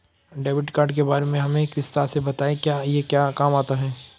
Debit card के बारे में हमें विस्तार से बताएं यह क्या काम आता है?